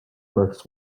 births